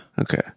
Okay